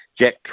Jack